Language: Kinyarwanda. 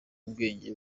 ubwenge